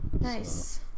Nice